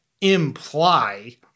imply